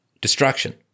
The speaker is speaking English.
Destruction